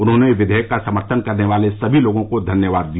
उन्होंने विधेयक का समर्थन करने वाले सभी लोगों को धन्यवाद दिया